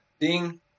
Ding